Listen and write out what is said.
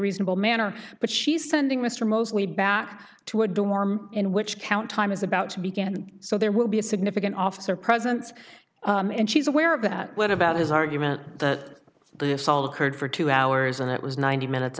reasonable manner but she sending mr mosley back to a dorm in which count time is about to began so there will be a significant officer presence and she's aware of that what about his argument that the assault occurred for two hours and it was ninety minutes